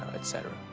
et cetera.